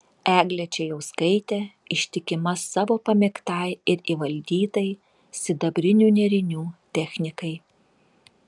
eglė čėjauskaitė ištikima savo pamėgtai ir įvaldytai sidabrinių nėrinių technikai